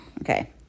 okay